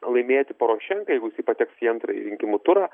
laimėti porošenkai jeigu jisai pateks į antrąjį rinkimų turą